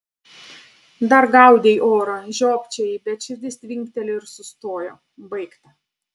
dar gaudei orą žiopčiojai bet širdis tvinktelėjo ir sustojo baigta